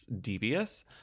devious